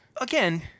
again